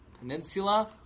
Peninsula